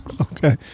Okay